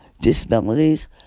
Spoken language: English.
disabilities